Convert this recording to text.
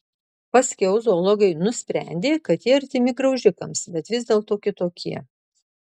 paskiau zoologai nusprendė kad jie artimi graužikams bet vis dėlto kitokie